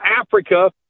Africa